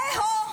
אה-הו,